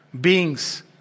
beings